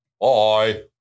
Bye